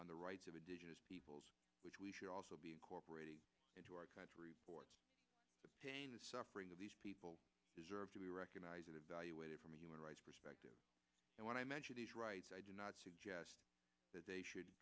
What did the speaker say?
on the rights of indigenous peoples which we should also be incorporating into our country for the suffering of these people deserve to be recognized it evaluated from a human rights perspective and when i mention these rights i do not suggest that they should